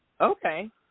Okay